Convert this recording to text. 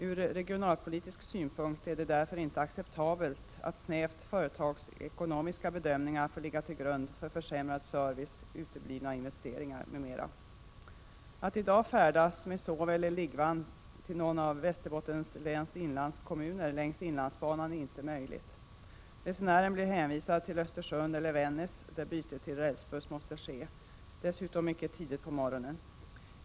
Ur regionalpolitisk synpunkt är det därför inte acceptabelt att snävt företagsekonomiska bedömningar får ligga till grund för försämrad service, uteblivna investeringar m.m. Att i dag färdas i soveller liggvagn till någon av Västerbottens läns inlandskommuner längs inlandsbanan är inte möjligt. Resenären blir hänvisad till Östersund eller Vännäs, där byte till rälsbuss måste ske, dessutom tidigt på morgonen.